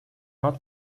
not